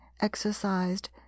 exercised